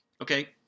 Okay